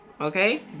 okay